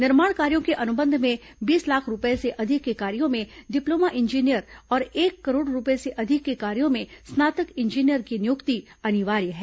निर्माण कार्यों के अनुबंध में बीस लाख रूपये से अधिक के कार्यों में डिप्लोमा इंजीनियर और एक करोड़ रूपये से अधिक के कार्यों में स्नातक इंजीनियर की नियुक्ति अनिवार्य है